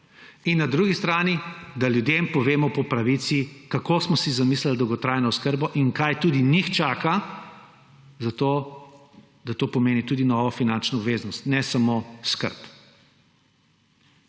In na drugi strani, da ljudem povemo po pravici, kako smo si zamislili dolgotrajno oskrbo in kaj tudi njih čaka; da to pomeni tudi novo finančno obveznost, ne samo skrb.